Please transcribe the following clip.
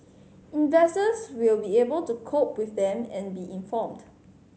investors will be able to cope with them and be informed